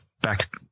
back